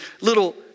little